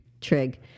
Trig